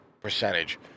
percentage